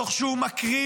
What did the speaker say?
תוך שהוא מקריב